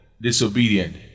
disobedient